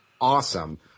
awesome